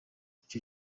icyo